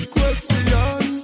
Question